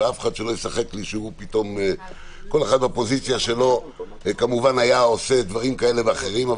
ואף אחד שלא ישחק כל אחד באופוזיציה שלו היה עושה דברים כאלה ואחרים,